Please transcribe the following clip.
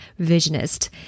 Visionist